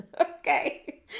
okay